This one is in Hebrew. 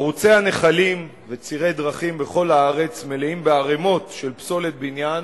ערוצי הנחלים וצירי דרכים בכל הארץ מלאים בערימות של פסולת בניין